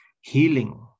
healing